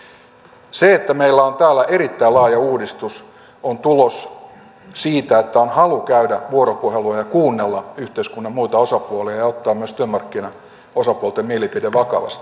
se että meillä on täällä erittäin laaja uudistus on tulos siitä että on halu käydä vuoropuhelua ja kuunnella yhteiskunnan muita osapuolia ja ottaa myös työmarkkinaosapuolten mielipide vakavasti